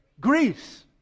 Greece